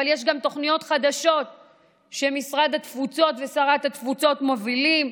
אבל יש גם תוכניות חדשות שמשרד התפוצות ושרת התפוצות מובילים,